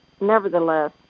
nevertheless